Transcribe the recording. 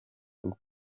uko